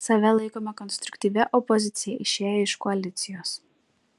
save laikome konstruktyvia opozicija išėję iš koalicijos